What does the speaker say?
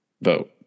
vote